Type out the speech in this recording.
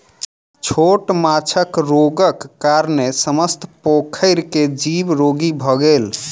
छोट माँछक रोगक कारणेँ समस्त पोखैर के जीव रोगी भअ गेल